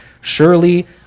surely